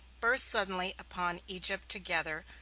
burst suddenly upon egypt together,